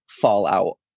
fallout